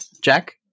Jack